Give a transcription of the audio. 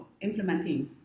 implementing